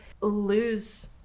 lose